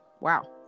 wow